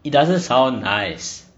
it doesn't sound nice